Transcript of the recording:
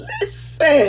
Listen